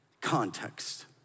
context